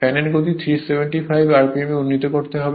ফ্যানের গতি 375 rpm এ উন্নীত করতে হবে